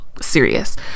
serious